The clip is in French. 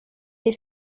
les